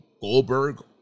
Goldberg